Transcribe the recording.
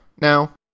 now